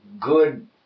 good